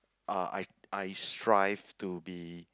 uh I I strive to be